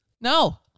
no